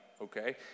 okay